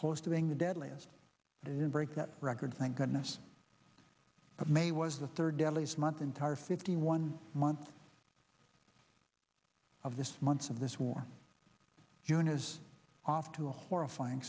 close to being the deadliest didn't break that record thank goodness but may was the third deadliest month entire fifty one months of this month's of this war june is off to a horrifying